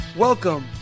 Welcome